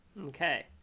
Okay